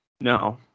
No